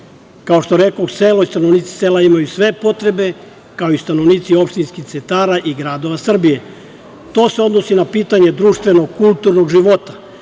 što rekoh, selo i stanovnici sela imaju sve potrebe, kao i stanovnici opštinskih centara i gradova Srbije. To se odnosi na pitanje društveno-kulturnog života,